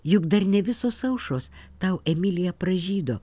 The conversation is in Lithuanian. juk dar ne visos aušros tau emilija pražydo